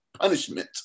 punishment